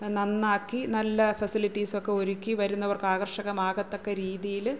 നന്നാക്കി നല്ല ഫസിലിറ്റിസൊക്കെ ഒരുക്കി വരുന്നവർക്ക് ആകർഷകമാകത്തക്ക രീതീയില്